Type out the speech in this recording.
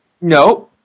No